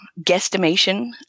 guesstimation